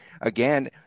again